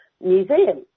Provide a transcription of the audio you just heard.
museum